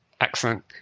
Excellent